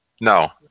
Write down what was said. No